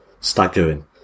staggering